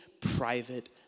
private